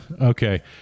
Okay